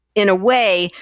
in a way,